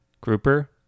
grouper